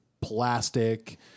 plastic